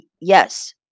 Yes